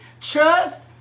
Trust